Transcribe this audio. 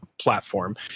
platform